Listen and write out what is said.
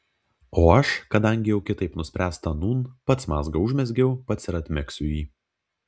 o aš kadangi jau kitaip nuspręsta nūn pats mazgą užmezgiau pats ir atmegsiu jį